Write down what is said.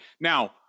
now